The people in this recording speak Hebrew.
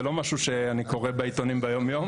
זה לא משהו שאני קורא בעיתונים ביום יום.